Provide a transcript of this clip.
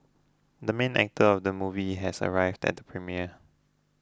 the main actor of the movie has arrived at the premiere